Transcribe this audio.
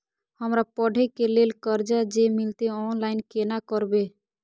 हमरा पढ़े के लेल कर्जा जे मिलते ऑनलाइन केना करबे?